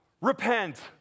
Repent